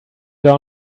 down